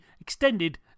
extended